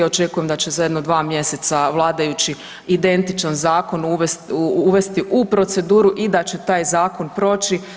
Očekujem da će za jedno dva mjeseca vladajući identičan zakon uvesti u proceduru i da će taj zakon proći.